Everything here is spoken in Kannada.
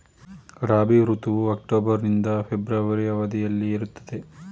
ರಾಬಿ ಋತುವು ಅಕ್ಟೋಬರ್ ನಿಂದ ಫೆಬ್ರವರಿ ಅವಧಿಯಲ್ಲಿ ಇರುತ್ತದೆ